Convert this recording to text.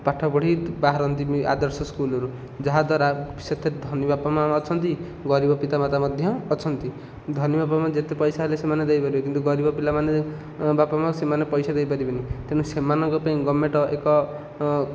ପାଠ ପଢ଼ି ବାହାରନ୍ତି ଆଦର୍ଶ ସ୍କୁଲରୁ ଯାହାଦ୍ଵାରା ସେଠି ଧନୀ ବାପାମାଆ ବି ଅଛନ୍ତି ଗରିବ ପିତାମାତା ମଧ୍ୟ ଅଛନ୍ତି ଧନୀ ବାପାମାଆ ଯେତେ ପଇସା ହେଲେ ସେମାନେ ଦେଇପାରିବେ କିନ୍ତୁ ଗରିବ ପିଲାମାନେ ବାପାମାଆ ସେମାନେ ପଇସା ଦେଇ ପାରିବେନି ତେଣୁ ସେମାନଙ୍କ ପାଇଁ ଗଭର୍ଣ୍ଣମେଣ୍ଟ ଏକ